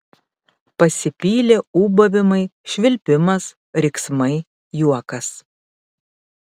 pasipylė ūbavimai švilpimas riksmai juokas